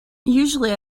usually